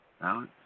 Balance